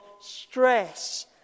stress